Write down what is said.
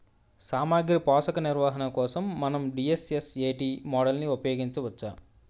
సామాగ్రి పోషక నిర్వహణ కోసం మనం డి.ఎస్.ఎస్.ఎ.టీ మోడల్ని ఉపయోగించవచ్చా?